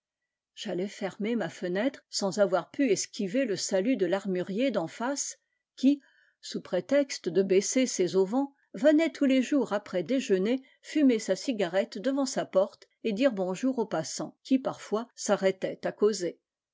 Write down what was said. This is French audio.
j'allais fermer ma fenêtre sans avoir pu esquiver le salut de l'armurier d'en face qui sous prétexte de baisser ses auvents venait tous les jours après déjeuner fumer sa cigarette devant sa porte et dire bonjour aux passants qui parfois s'arrêtaient à causer